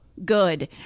Good